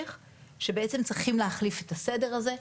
שבעצם צריך להחליף את הסדר הזה.